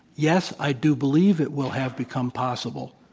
yes, i do believe it will have become possible.